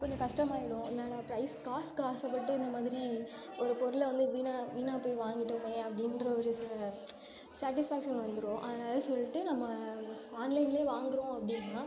கொஞ்சம் கஷ்டமாகிடும் என்னடா ப்ரைஸ் காசுக்கு ஆசைப்பட்டு இந்த மாதிரி ஒரு பொருளை வந்து வீணாக வீணாகப் போய் வாங்கிவிட்டோமே அப்படின்ற ஒரு சேட்டிஸ்ஃபேக்ஷன் வந்துடும் அதனால் சொல்லிட்டு நம்ம ஆன்லைன்லேயே வாங்குகிறோம் அப்படின்னா